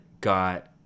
got